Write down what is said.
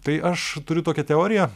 tai aš turiu tokią teoriją